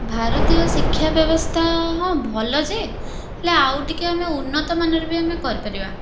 ଭାରତୀୟ ଶିକ୍ଷା ବ୍ୟବସ୍ଥା ହଁ ଭଲ ଯେ ହେଲେ ଆଉ ଟିକେ ଆମେ ଉନ୍ନତମାନର ବି ଆମେ କରିପାରିବା